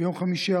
ביום חמישי,